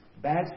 bad